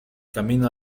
camino